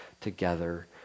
together